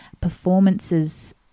performances